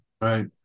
Right